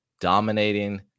dominating